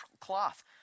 cloth